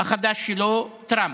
החדש שלו, טראמפ,